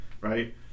right